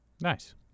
Nice